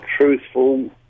truthful